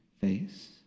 face